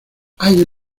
hay